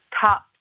Top